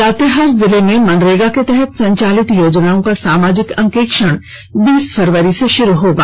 लातेहार जिलें में मनरेगा के तहत संचालित योजनाओं का सामाजिक अंकेक्षण बीस फरवरी से शुरू होगा